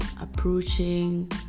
approaching